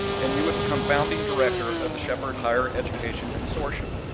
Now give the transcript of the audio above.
and you would become founding director of the shepherd higher education consortium,